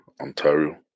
Ontario